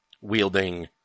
wielding